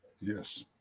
yes